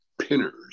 pinners